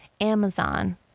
Amazon